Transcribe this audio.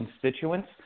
constituents